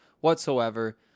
whatsoever